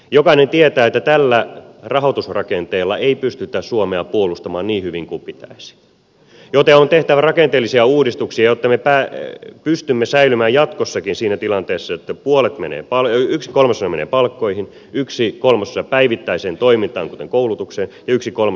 jokainen tietää että tällä rahoitusrakenteella ei pystytä suomea puolustamaan niin hyvin kuin pitäisi joten on tehtävä rakenteellisia uudistuksia jotta me pystymme säilymään jatkossakin siinä tilanteessa että yksi kolmasosa menee palkkoihin yksi kolmasosa päivittäiseen toimintaan kuten koulutukseen ja yksi kolmasosa materiaalihankintoihin